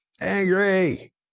angry